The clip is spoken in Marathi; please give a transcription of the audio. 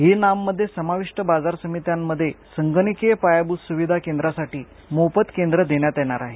ई नाममध्ये समाविष्ठ बाजार समित्यांमध्ये संगणकीय पायाभूत सुविधा केंद्रासाठी मोफत केंद्र देण्यात येणार आहे